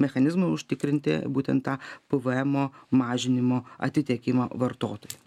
mechanizmai užtikrinti būtent tą pvmo mažinimo atitekimą vartotojui